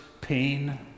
pain